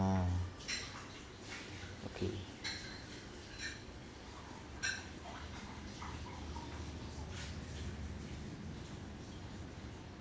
okay